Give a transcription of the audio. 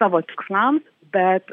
savo tikslams bet